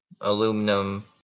aluminum